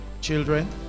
children